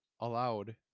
allowed